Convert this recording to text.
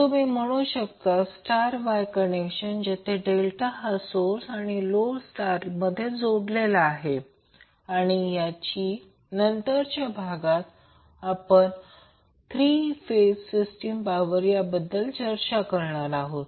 तुम्ही असेही म्हणू शकता डेल्टा वाय कनेक्शन जेथे डेल्टा हा सोर्स आणि लोड स्टार मध्ये जोडलेला आहे आणि याची नंतरच्या भागात आपण थ्री फेज सिस्टीम पॉवर बद्दल चर्चा करणार आहोत